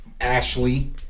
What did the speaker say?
Ashley